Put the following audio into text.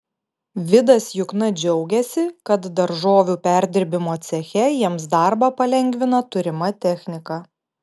vidas jukna džiaugiasi kad daržovių perdirbimo ceche jiems darbą palengvina turima technika